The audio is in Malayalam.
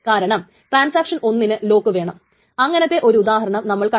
മറ്റു ചില ട്രാൻസാക്ഷനുകൾ താമസിച്ച് എഴുതേണ്ടവ നേരത്തെ എഴുതിയിട്ടുണ്ട്